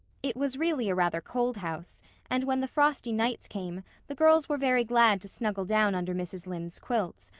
it was really a rather cold house and when the frosty nights came the girls were very glad to snuggle down under mrs. lynde's quilts,